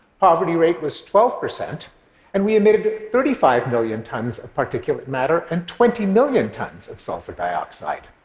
poverty rate was twelve percent and we emitted thirty five million tons of particulate matter and twenty million tons of sulfur dioxide.